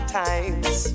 times